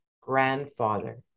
grandfather